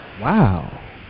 Wow